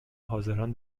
حاضران